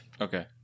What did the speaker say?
Okay